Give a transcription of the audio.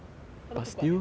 他都不管 liao